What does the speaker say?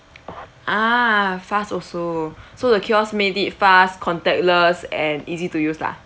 ah fast also so the kiosk made it fast contactless and easy to use lah